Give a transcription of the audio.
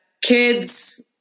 kids